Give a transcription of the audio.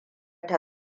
ta